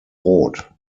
rot